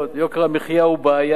יוקר המחיה הוא בעיה,